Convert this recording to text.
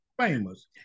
famous